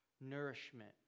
nourishment